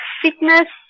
fitness